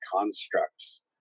constructs